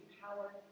power